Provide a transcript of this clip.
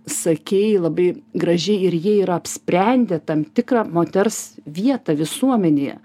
sakei labai gražiai ir jie yra apsprendę tam tikrą moters vietą visuomenėje